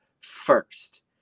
first